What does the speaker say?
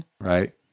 right